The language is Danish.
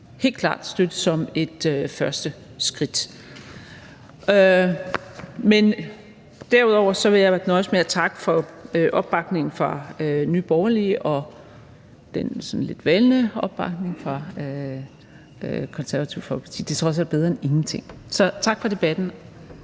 helt klart støtte som et første skridt. Derudover vil jeg nøjes med at takke for opbakningen fra Nye Borgerlige og den sådan lidt valne opbakning fra Konservative Folkeparti – det er trods alt bedre end ingenting. Så tak for debatten.